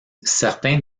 certains